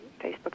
Facebook